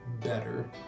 better